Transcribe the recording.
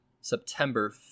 September